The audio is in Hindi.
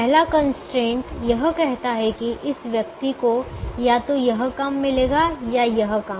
पहला कंस्ट्रेंट यह कहता है कि इस व्यक्ति को या तो यह काम मिलेगा या यह काम